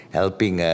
helping